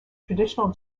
traditional